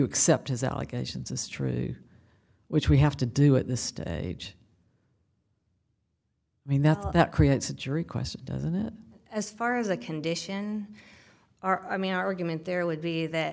accept his allegations as true which we have to do at this stage i mean that that creates a jury question doesn't it as far as the condition are i mean argument there would be that